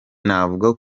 navuga